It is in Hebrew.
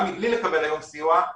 גם מבלי לקבל היום סיוע,